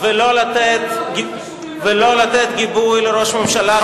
ולא לתת גיבוי לראש ממשלה,